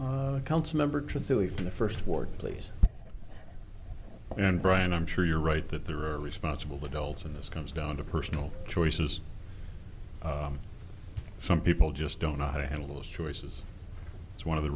truly from the first ward please and brian i'm sure you're right that there are responsible adults and this comes down to personal choices some people just don't know how to handle those choices is one of the